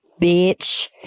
bitch